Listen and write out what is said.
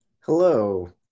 Hello